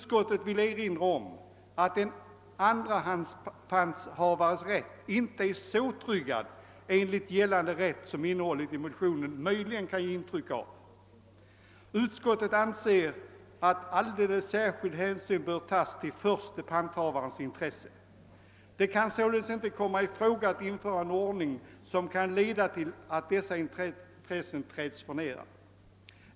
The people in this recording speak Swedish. Utskottet vill erinra om att en andrahandspanthavares rätt inte är så tryggad enligt gällande rätt som innehållet i motionerna möjligen kan ge intryck av. hänsyn bör tas till förste panthavarens intressen. Det kan således inte komma i fråga att införa en ordning som kan leda till att dessa intressen träds för nära.